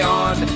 on